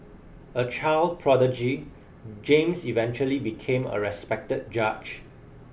a child prodigy James eventually became a respected judge